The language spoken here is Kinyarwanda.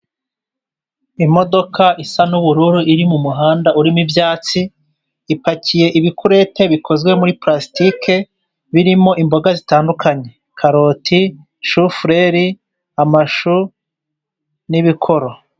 Imodoka isa n'ubururu iri mu muhanda urimo ibyatsi, ipakiye ibikurete bikozwe muri plastike, birimo imboga zitandukanye karoti, shufureri, amashu n'ibikoro.